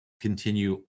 continue